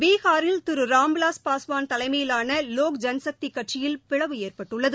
பீகாரில் திரு ராம்விலாஸ் பாஸ்வான் தலைமையிலாள லோக் ஜன்சக்தி கட்சியில் பிளவு ஏற்பட்டுள்ளது